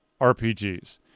RPGs